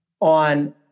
on